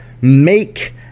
make